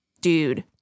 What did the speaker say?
dude